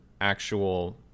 actual